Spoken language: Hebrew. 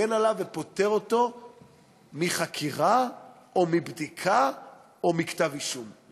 שמגן עליו ופוטר אותו מחקירה או מבדיקה או מכתב אישום.